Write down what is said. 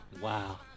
Wow